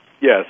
Yes